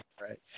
Right